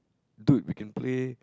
dude we can play